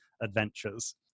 adventures